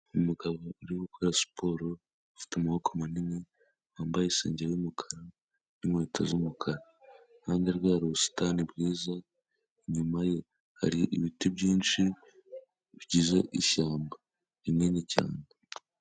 Umugabo uri gukora siporo, ufite amaboko manini, wambaye isengeri y'umukara n'inkweto z'umukara. Iruhande rwe hari ubusitani bwiza, inyuma ye hari ibiti byinshi, bigize ishyamba rinini cyane.